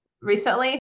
recently